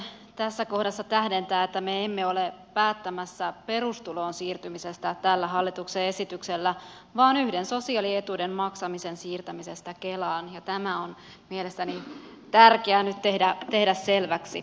haluaisin tässä kohdassa tähdentää että me emme ole päättämässä perustuloon siirtymisestä tällä hallituksen esityksellä vaan yhden sosiaalietuuden maksamisen siirtämisestä kelaan ja tämä on mielestäni tärkeää nyt tehdä selväksi